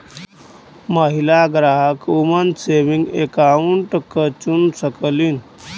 महिला ग्राहक woman saving account क चुन सकलीन